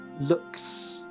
looks